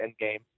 Endgame